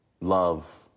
love